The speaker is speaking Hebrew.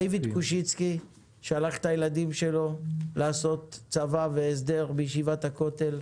דיוויד קושיצקי שלח את הילדים שלו לעשות צבא והסדר בישיבת הכותל,